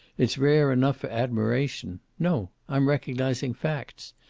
it's rare enough for admiration. no. i'm recognizing facts.